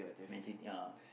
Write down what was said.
Man-City ah